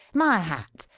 my hat!